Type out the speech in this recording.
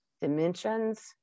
dimensions